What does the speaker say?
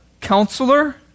Counselor